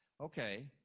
Okay